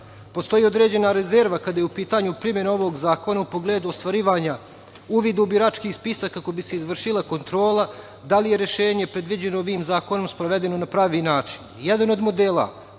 Pazaru. Postoji određena rezerva kada je u pitanju primena ovog zakona u pogledu ostvarivanja uvida u birački spisak kako bi se izvršila kontrola da li je rešenje predviđeno ovim zakonom i sprovedeno na pravi način. Jedan